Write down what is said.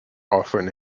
often